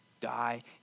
die